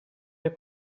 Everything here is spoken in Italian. nei